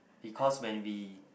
because when we